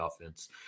offense